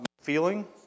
feeling